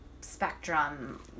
spectrum